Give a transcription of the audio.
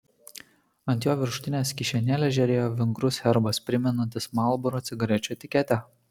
ant jo viršutinės kišenėlės žėrėjo vingrus herbas primenantis marlboro cigarečių etiketę